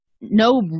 no